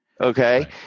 okay